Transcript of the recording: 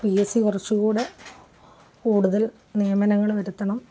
P SC കുറച്ചുകൂടെ കൂടുതൽ നിയമനങ്ങള് വരുത്തണം